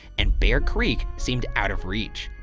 and bear creek seemed out of reach.